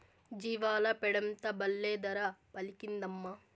జీవాల పెండంతా బల్లే ధర పలికిందమ్మా